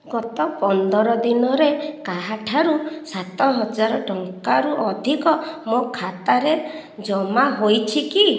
ଗତ ପନ୍ଦର ଦିନରେ କାହାଠାରୁ ସାତ ହଜାର ଟଙ୍କାରୁ ଅଧିକ ମୋ ଖାତାରେ ଜମା ହୋଇଛି କି